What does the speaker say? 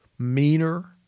meaner